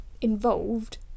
involved